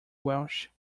welsh